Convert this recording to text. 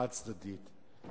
החד-צדדית,